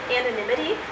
anonymity